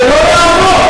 זה לא יעבור.